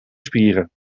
spieren